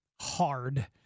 hard